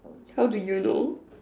how do you know